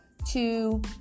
Two